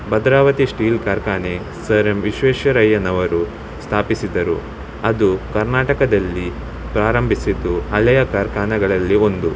Bhadravati steel ಕಾರ್ಖಾನೆ sir M ವಿಶ್ವೇಶ್ವರಯ್ಯನವರು ಸ್ಥಾಪಿಸಿದ್ದರು ಅದು ಕರ್ನಾಟಕದಲ್ಲಿ ಪ್ರಾರಂಭಿಸಿದ್ದು ಹಳೆಯ ಕಾರ್ಖಾನೆಗಳಲ್ಲಿ ಒಂದು